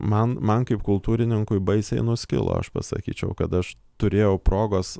man man kaip kultūrininkui baisiai nuskilo aš pasakyčiau kad aš turėjau progos